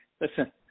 Listen